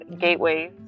gateways